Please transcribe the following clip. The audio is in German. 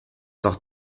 doch